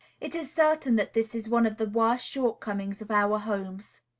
it is certain that this is one of the worst shortcomings of our homes.